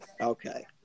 Okay